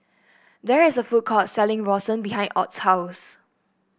there is a food court selling rawon behind Ott's house